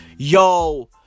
Yo